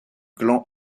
clan